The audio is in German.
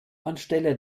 anstelle